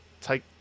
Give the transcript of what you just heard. take